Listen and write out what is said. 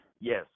Yes